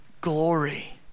glory